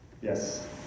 Yes